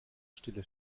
stille